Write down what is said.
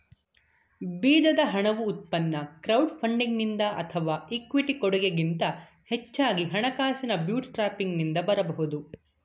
ಬೀಜದ ಹಣವು ಉತ್ಪನ್ನ ಕ್ರೌಡ್ ಫಂಡಿಂಗ್ನಿಂದ ಅಥವಾ ಇಕ್ವಿಟಿ ಕೊಡಗೆ ಗಿಂತ ಹೆಚ್ಚಾಗಿ ಹಣಕಾಸಿನ ಬೂಟ್ಸ್ಟ್ರ್ಯಾಪಿಂಗ್ನಿಂದ ಬರಬಹುದು